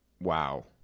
wow